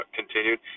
continued